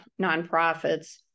nonprofits